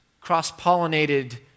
cross-pollinated